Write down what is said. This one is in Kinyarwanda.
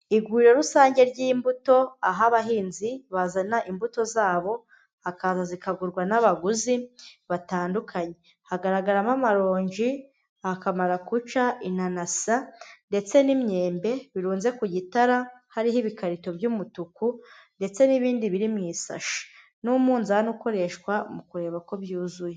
Iguriro rusange ry'imbuto, aho abahinzi bazana imbuto zabo akantu zikagurwa n'abaguzi batandukanye, hagaragaramo amaronji, akamaraguca, inanasa ndetse n'imyembe, birunze ku gitara hariho ibikarito by'umutuku ndetse n'ibindi biri mu isashi n'umuzani ukoreshwa mu kureba ko byuzuye.